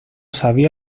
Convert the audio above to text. sabía